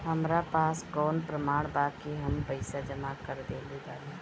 हमरा पास कौन प्रमाण बा कि हम पईसा जमा कर देली बारी?